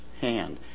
hand